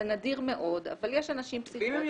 זה נדיר מאוד אבל יש אנשים פסיכוטיים,